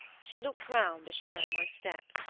she looked round as she heard my step.